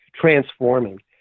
transforming